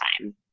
time